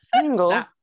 Single